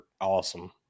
awesome